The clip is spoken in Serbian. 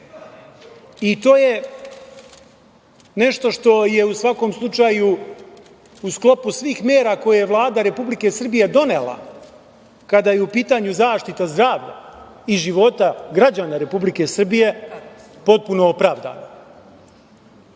i to je nešto što je u svakom slučaju u sklopu svih mera koje je Vlada Republike Srbije donela kada je u pitanju zaštita zdravlja i života građana Republike Srbije potpuno opravdana.Međutim,